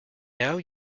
now